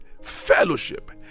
fellowship